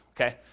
okay